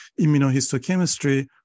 immunohistochemistry